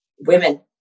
women